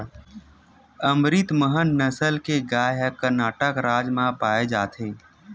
अमरितमहल नसल के गाय ह करनाटक राज म पाए जाथे